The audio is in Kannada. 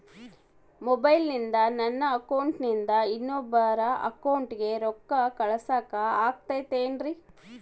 ಮೊಬೈಲಿಂದ ನನ್ನ ಅಕೌಂಟಿಂದ ಇನ್ನೊಬ್ಬರ ಅಕೌಂಟಿಗೆ ರೊಕ್ಕ ಕಳಸಾಕ ಆಗ್ತೈತ್ರಿ?